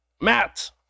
matt